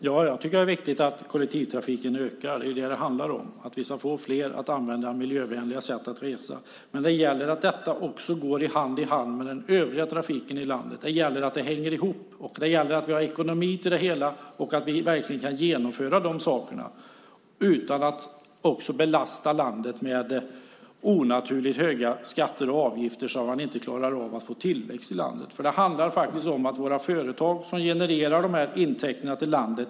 Herr talman! Det är viktigt att kollektivtrafiken ökar. Det handlar om att vi ska få fler att använda miljövänliga sätt att resa. Men det gäller att det också går hand i hand med den övriga trafiken i landet. Det gäller att det hänger ihop, att vi har ekonomi till det hela och att vi verkligen kan genomföra de sakerna utan att också belasta landet med onaturligt höga skatter och avgifter så att man inte klarar av att få tillväxt i landet. Det handlar faktiskt om att våra företag genererar intäkterna till landet.